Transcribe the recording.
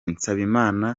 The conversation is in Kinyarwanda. nsabimana